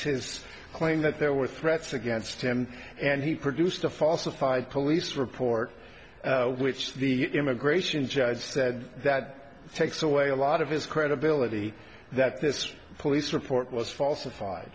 his claim that there were threats against him and he produced a falsified police report which the immigration judge said that takes away a lot of his credibility that this police report was falsified